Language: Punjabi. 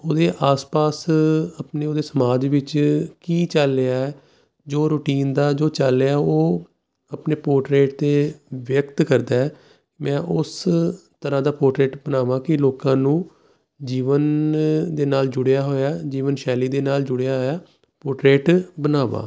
ਉਹਦੇ ਆਸ ਪਾਸ ਆਪਣੇ ਉਹਦੇ ਸਮਾਜ ਵਿੱਚ ਕੀ ਚੱਲ ਰਿਹਾ ਜੋ ਰੂਟੀਨ ਦਾ ਜੋ ਚੱਲ ਰਿਹਾ ਉਹ ਆਪਣੇ ਪੋਰਟਰੇਟ 'ਤੇ ਵਿਅਕਤ ਕਰਦਾ ਮੈਂ ਉਸ ਤਰ੍ਹਾਂ ਦਾ ਪੋਟਰੇਟ ਬਣਾਵਾਂ ਕਿ ਲੋਕਾਂ ਨੂੰ ਜੀਵਨ ਦੇ ਨਾਲ ਜੁੜਿਆ ਹੋਇਆ ਜੀਵਨ ਸ਼ੈਲੀ ਦੇ ਨਾਲ ਜੁੜਿਆ ਹੋਇਆ ਪੋਰਟਰੇਟ ਬਣਾਵਾਂ